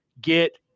get